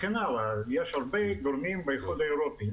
יש הרבה גורמים באיחוד האירופי,